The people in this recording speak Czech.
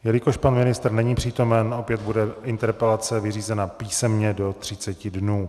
Jelikož pan ministr není přítomen, opět bude interpelace vyřízena písemně do 30 dnů.